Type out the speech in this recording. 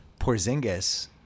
Porzingis